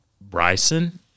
Bryson